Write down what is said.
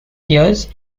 years